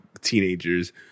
teenagers